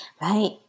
Right